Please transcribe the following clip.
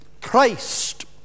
Christ